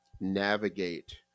navigate